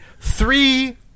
Three